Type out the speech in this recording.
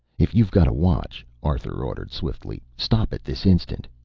if you've got a watch, arthur ordered swiftly, stop it this instant!